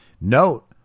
Note